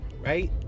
right